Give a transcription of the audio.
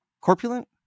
corpulent